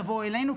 תבוא אלינו,